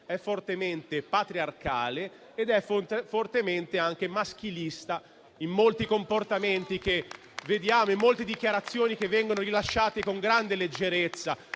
è fortemente patriarcale ed è fortemente anche maschilista, in molti comportamenti che vediamo dichiarazioni che vengono rilasciate con grande leggerezza,